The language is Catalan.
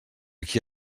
qui